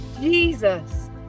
Jesus